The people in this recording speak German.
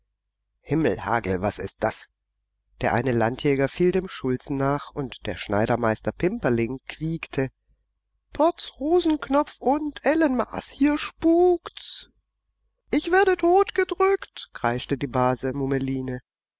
himmel hagel was ist das der eine landjäger fiel dem schulzen nach und der schneidermeister pimperling quiekte potz hosenknopf und ellenmaß hier spukt's ich werde totgedrückt kreischte die base mummeline